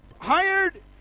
hired